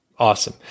Awesome